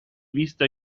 vista